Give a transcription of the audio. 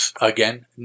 Again